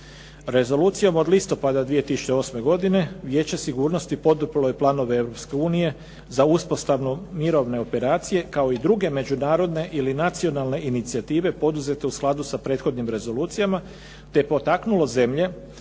Rezolucijom od listopada 2008. godine Vijeće sigurnosti poduprlo je planove Europske unije za uspostavu mirovne operacije, kao i druge međunarodne ili nacionalne inicijative poduzete u skladu sa prethodnim rezolucijama, te je potaknulo zemlje